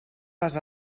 les